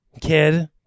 kid